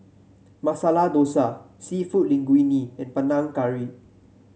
Masala Dosa seafood Linguine and Panang Curry